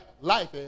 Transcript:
Life